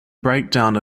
breakdown